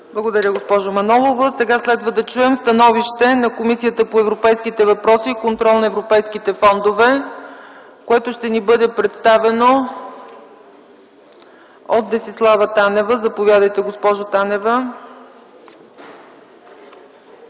Благодаря, госпожо Манолова. Сега ще чуем становище на Комисията по европейските въпроси и контрол на европейските фондове, което ще ни бъде представено от госпожа Десислава Танева.